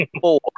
four